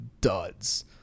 duds